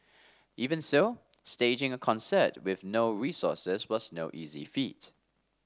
even so staging a concert with no resources was no easy feat